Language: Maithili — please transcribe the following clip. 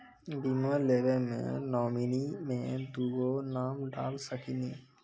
बीमा लेवे मे नॉमिनी मे दुगो नाम डाल सकनी?